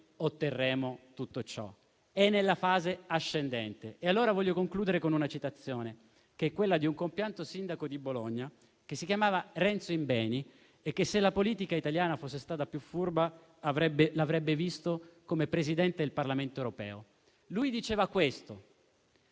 occorre lavorare nella fase ascendente. Voglio concludere con una citazione di un compianto sindaco di Bologna, che si chiamava Renzo Imbeni e che, se la politica italiana fosse stata più furba, l'avrebbe visto come Presidente del Parlamento europeo. Egli diceva che